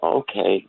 okay